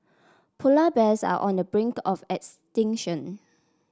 polar bears are on the brink of extinction